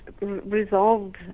resolved